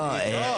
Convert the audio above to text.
לא.